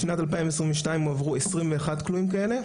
בשנת 2022 הועברו 21 כלואים כאלה,